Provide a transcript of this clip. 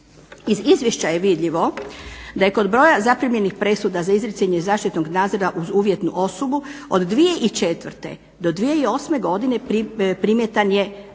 Iz izvješća je vidljivo da je kod broja zaprimljenih presuda za izricanje zaštitno nadzora uz uvjetnu osudu od 2004. do 2008. primjetan je porast,